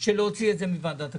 של להוציא את זה מוועדת הכספים,